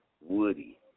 Woody